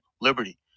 Liberty